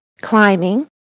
climbing